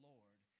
Lord